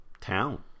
town